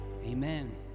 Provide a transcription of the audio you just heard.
Amen